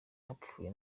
hapfuye